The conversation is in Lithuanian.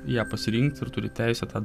ją pasirinkt ir turi teisę tą